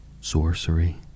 Sorcery